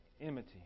enmity